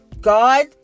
God